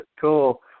Cool